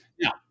Now